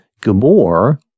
Gabor